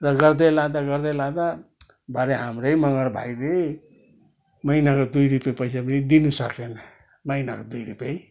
र गर्दै लाँदा गर्दै लाँदा भरे हाम्रै मगर भाइले महिनाको दुई रुपियाँ पैसा पनि दिनुसकेन महिनाको दुई रुपियाँ है